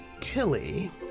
Tilly